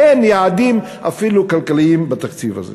אין יעדים אפילו כלכליים בתקציב הזה.